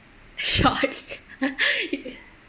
shot yeah okay orh